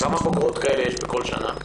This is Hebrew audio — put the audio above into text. כמה בוגרות כאלה יש בכל שנה?